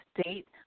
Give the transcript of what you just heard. state